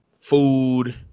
food